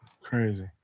Crazy